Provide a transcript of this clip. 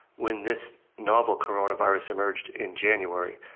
when this novel coronavirus emerged in january,